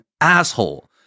asshole